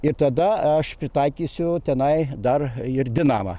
ir tada aš pritaikysiu tenai dar ir dinamą